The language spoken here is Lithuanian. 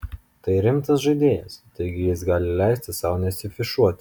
tai rimtas žaidėjas taigi jis gali leisti sau nesiafišuoti